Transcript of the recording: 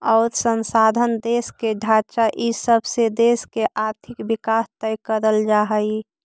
अउर संसाधन, देश के ढांचा इ सब से देश के आर्थिक विकास तय कर जा हइ